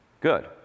good